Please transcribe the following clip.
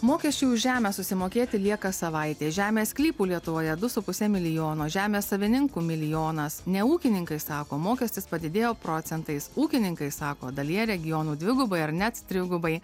mokesčiui už žemę susimokėti lieka savaitė žemės sklypų lietuvoje du su puse milijono žemės savininkų milijonas neūkininkai sako mokestis padidėjo procentais ūkininkai sako dalyje regionų dvigubai ar net trigubai